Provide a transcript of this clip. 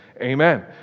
Amen